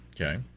Okay